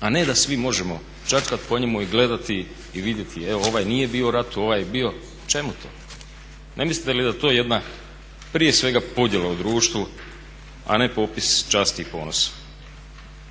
a ne da svi možemo čačkati po njemu i gledati i vidjeti evo ovaj nije bio u ratu, ovaj je bio. Čemu to? Ne mislite li da je to jedna prije svega podjela u društvu a ne popis časti i ponosa?